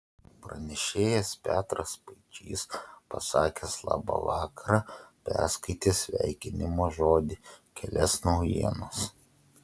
pranešėjas petras spaičys pasakęs labą vakarą perskaitė sveikinimo žodį kelias naujienas